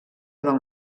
del